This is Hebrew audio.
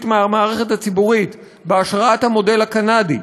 מהמערכת הציבורית בהשראת המודל הקנדי,